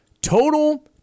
total